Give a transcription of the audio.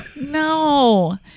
No